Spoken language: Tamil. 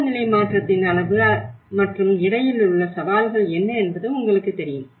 காலநிலை மாற்றத்தின் அளவு மற்றும் இடையிலுள்ள சவால்கள் என்ன என்பது உங்களுக்குத் தெரியும்